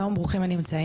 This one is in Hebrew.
שלום, ברוכים הנמצאים.